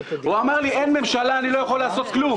הוא אמר לי: אין ממשלה, אני לא יכול לעשות כלום.